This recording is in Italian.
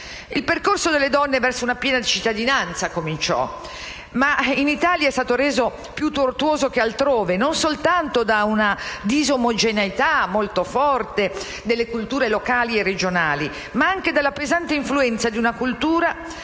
Il percorso delle donne verso una piena cittadinanza cominciò. Ma in Italia è stato reso più tortuoso che altrove, non solo da una disomogeneità molto forte delle culture locali e regionali, ma anche dalla pesante influenza di una cultura